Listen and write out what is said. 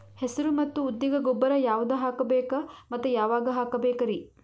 ಹೆಸರು ಮತ್ತು ಉದ್ದಿಗ ಗೊಬ್ಬರ ಯಾವದ ಹಾಕಬೇಕ ಮತ್ತ ಯಾವಾಗ ಹಾಕಬೇಕರಿ?